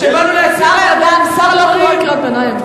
שר לא קורא קריאות ביניים,